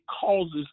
causes